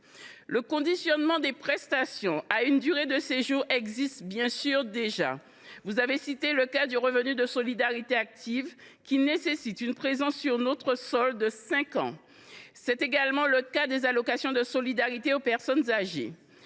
Le conditionnement des prestations à une durée de séjour existe déjà. Vous avez cité le revenu de solidarité active, dont le bénéfice exige une présence sur notre sol de cinq ans. C’est également le cas de l’allocation de solidarité aux personnes âgées.